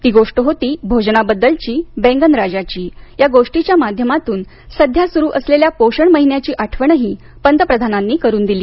ती गोष्ट होती भोजना बद्दलची बैंगनराजाची या गोष्टीच्या माध्यमातून सध्या सुरु असलेल्या पोषण महिन्याची आठवणही पंतप्रधानांनी करून दिली